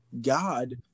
God